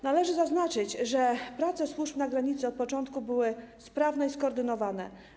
Należy zaznaczyć, że prace służb na granicy od początku były sprawne i skoordynowane.